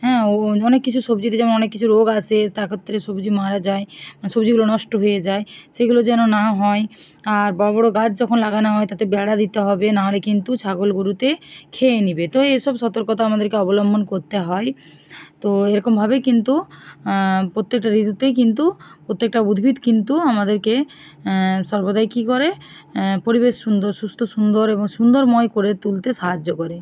হ্যাঁ অনেক কিছু সবজিতে যেমন অনেক কিছু রোগ আসে তারক্ষেত্রে সবজি মারা যায় সবজিগুলো নষ্ট হয়ে যায় সেগুলো যেন না হয় আর বড়ো বড়ো গাছ যখন লাগানো হয় তাতে বেড়া দিতে হবে নাহলে কিন্তু ছাগল গরুতে খেয়ে নিবে তো এইসব সতর্কতা আমাদেরকে অবলম্বন করতে হয় তো এরকমভাবে কিন্তু প্রত্যেকটা ঋতুতেই কিন্তু প্রত্যেকটা উদ্ভিদ কিন্তু আমাদেরকে সর্বদাই কী করে পরিবেশ সুন্দর সুস্থ সুন্দর এবং সুন্দরময় করে তুলতে সাহায্য করে